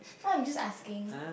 no I'm just asking